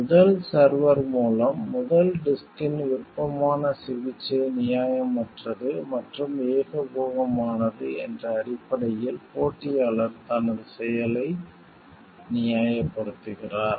முதல் சர்வர் மூலம் முதல் டிஸ்க்கின் விருப்பமான சிகிச்சை நியாயமற்றது மற்றும் ஏகபோகமானது என்ற அடிப்படையில் போட்டியாளர் தனது செயலை நியாயப்படுத்துகிறார்